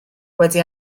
wedi